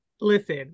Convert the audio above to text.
listen